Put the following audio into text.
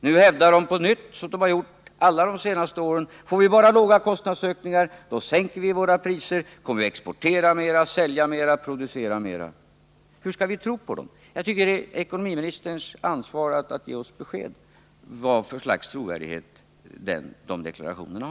Nu hävdar företagen på nytt detsamma som de har hävdat de senaste åren, att om de bara får låga kostnadsökningar så sänker de sina priser. Då kommer de att exportera mer, sälja mer, producera mer. Hur skall vi kunna tro på dem? Jag tycker att det är ekonomiministerns ansvar att ge oss besked om vad för slags trovärdighet dessa deklarationer har.